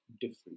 different